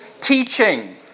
teaching